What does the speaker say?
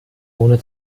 ohne